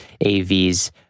AVs